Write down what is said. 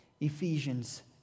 Ephesians